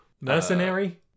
Mercenary